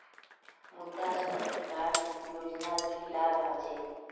मृदा स्वास्थ्य कार्ड योजनात की लाभ ह छेक